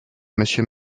monsieur